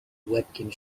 łebkiem